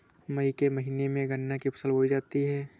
मई के महीने में गन्ना की फसल बोई जाती है